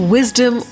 Wisdom